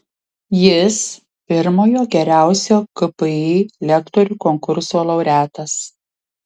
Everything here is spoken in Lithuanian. jis pirmojo geriausio kpi lektorių konkurso laureatas